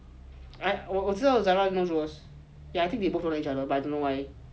I 我不知道 zara knows jewels yeah I think they both know each other but I don't know why